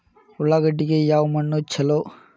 ಉಳ್ಳಾಗಡ್ಡಿಗೆ ಯಾವ ಮಣ್ಣು ಛಲೋ?